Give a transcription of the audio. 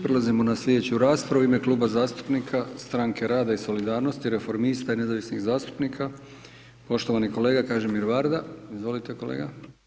Prelazimo na slijedeću raspravu, u ime Kluba zastupnika Stranke rada i solidarnosti, Reformista i nezavisnih zastupnika, poštovani kolega Kažimir Varda, izvolite kolega.